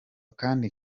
kandi